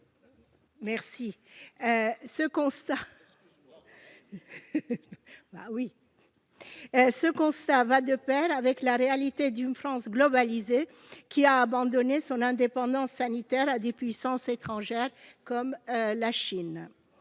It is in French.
santé. Ce constat va de pair avec la réalité d'une France globalisée, qui a abandonné son indépendance sanitaire à des puissances étrangères comme la Chine.